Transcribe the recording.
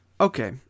Okay